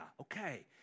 okay